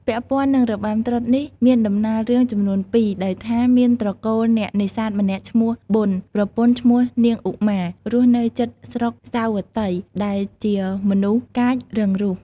ពាក់ព័ន្ធនឹងរបាំត្រុដិនេះ មានដំណាលរឿងចំនួន២ ដោយថា មានត្រកូលអ្នកនេសាទម្នាក់ឈ្មោះប៊ុន ប្រពន្ធឈ្មោះនាងឧមា រស់នៅជិតស្រុកសាវត្តី ដែលជាមនុស្សកាចរឹងរូស។